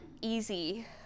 easy